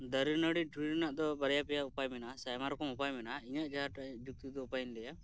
ᱫᱟᱨᱮ ᱱᱟᱹᱲᱤ ᱰᱷᱮᱨ ᱨᱮᱱᱟᱜ ᱫᱚ ᱵᱟᱨᱭᱟ ᱯᱮᱭᱟ ᱩᱯᱟᱭ ᱢᱮᱱᱟᱜᱼᱟ ᱥᱮ ᱟᱭᱢᱟ ᱨᱚᱠᱚᱢ ᱩᱯᱟᱭ ᱢᱮᱱᱟᱜᱼᱟ ᱤᱧᱟᱜ ᱡᱟᱦᱟᱸᱴᱮᱡ ᱡᱩᱠᱛᱤ ᱫᱚ ᱵᱟᱹᱧ ᱞᱟᱹᱭᱟ